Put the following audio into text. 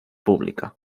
pública